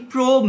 Pro